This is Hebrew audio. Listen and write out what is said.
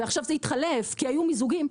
ועכשיו זה התחלף כי היו מיזוגים,